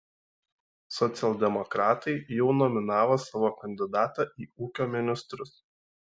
socialdemokratai jau nominavo savo kandidatą į ūkio ministrus